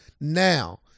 Now